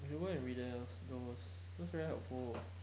why don't you read up those those very helpful